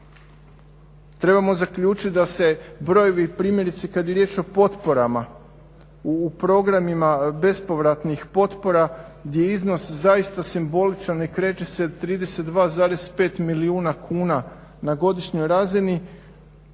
Trebamo zaključiti da se brojevi primjerice kada je riječ o potporama u programima bespovratnih potpora gdje je iznos zaista simboličan i kreće se 32,5 milijuna kuna na godišnjoj razini